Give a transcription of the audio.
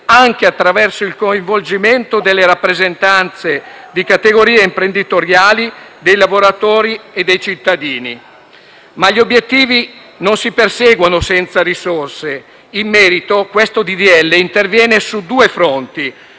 anche attraverso il coinvolgimento delle rappresentanze di categorie imprenditoriali, dei lavoratori e dei cittadini. Ma gli obiettivi non si perseguono senza risorse. In merito, questo disegno di legge interviene su due fronti.